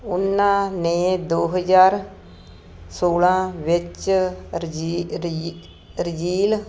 ਉਨ੍ਹਾਂ ਨੇ ਦੋ ਹਜ਼ਾਰ ਸੌਲ੍ਹਾਂ ਵਿੱਚ ਰਜੀ ਰਜੀ ਰਜੀਲ